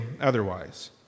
otherwise